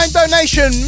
donation